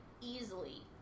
Easily